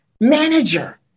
manager